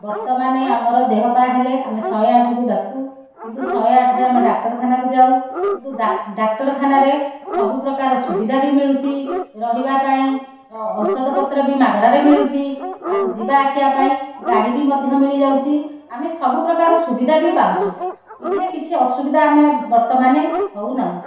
ବର୍ତ୍ତମାନେ ଆମର ଦେହପାହ ହେଲେ ଆମେ ଶହେ ଆଠକୁ ଡାକୁ କିନ୍ତୁ ଶହେ ଆଠରେ ଆମେ ଡାକ୍ତରଖାନାକୁ ଯାଉ କିନ୍ତୁ ଡାକ୍ତରଖାନାରେ ସବୁପ୍ରକାର ସୁବିଧା ବି ମିଳୁଛି ରହିବା ପାଇଁ ଔଷଧପତ୍ର ବି ମାଗଣାରେ ମିଳୁଛି ଆଉ ଯିବା ଆସିବା ପାଇଁ ଗାଡ଼ି ବି ମଧ୍ୟ ମିଳିଯାଉଛି ଆମେ ସବୁ ପ୍ରକାର ସୁବିଧା ବି ପାଉଛୁ ଏଥିରେ କିଛି ଅସୁବିଧା ଆମେ ବର୍ତ୍ତମାନେ ହେଉନାହୁଁ